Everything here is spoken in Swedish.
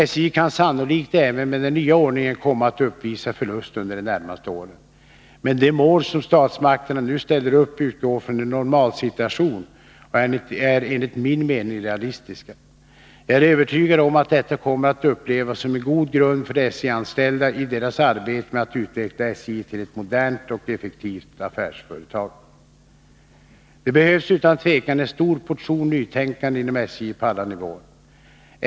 SJ kan sannolikt även med den nya ordningen komma att uppvisa förlust under de närmaste åren. Men de mål som statsmakterna nu ställer upp utgår från en normalsituation och är enligt min mening realistiska. Jag är övertygad om att detta kommer att upplevas som en god grund för de SJ-anställda i deras arbete med att utveckla SJ till ett modernt och effektivt affärsföretag. Det behövs utan tvivel en stor portion nytänkande inom SJ på alla nivåer.